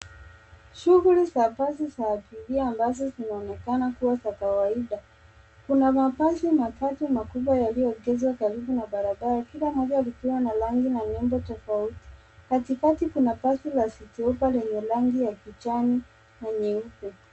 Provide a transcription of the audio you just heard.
Shughuli za basi za abiria ambazo zinaonekana kuwa za kawaida. Kuna mabasi matatu makubwa yaliyoekezwa karibu na barabara, kila moja likiwa na rangi na nembo tofauti. Katikati kuna basi la City Hoppa lenye rangi ya kijani na nyeupe.